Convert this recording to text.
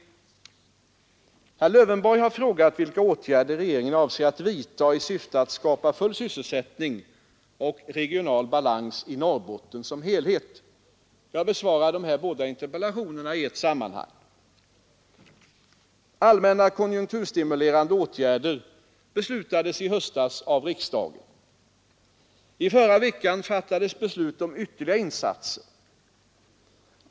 Herr Lövenborg har frågat vilka åtgärder regeringen avser att vidta i syfte att skapa full sysselsättning och regional balans i Norrbotten som helhet. Jag besvarar interpellationerna i ett sammanhang. Allmänna konjunkturstimulerande åtgärder beslutades i höstas av riksdagen. I förra veckan fattades beslut om ytterligare insatser.